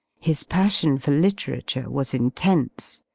his passion for literature was intense.